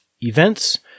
events